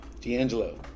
D'Angelo